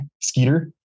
Skeeter